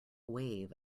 wave